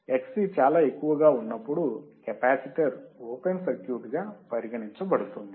Xc చాలా ఎక్కువగా ఉన్నప్పుడు కెపాసిటర్ ఓపెన్ సర్క్యూట్గా పరిగణించబడుతుంది